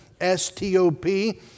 S-T-O-P